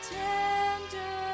tender